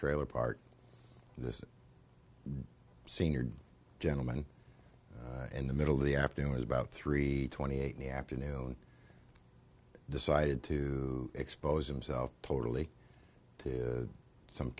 trailer park and this senior gentleman in the middle of the afternoon was about three twenty eight in the afternoon decided to expose himself totally to some